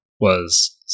was-